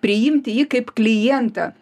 priimti jį kaip klientą